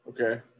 okay